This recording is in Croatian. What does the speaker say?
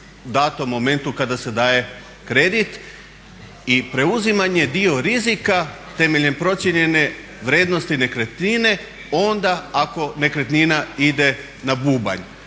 u datom momentu kada se daje kredit i preuzimanje je dio rizika temeljem procijenjene vrijednosti nekretnine onda ako nekretnina ide na bubanj.